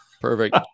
Perfect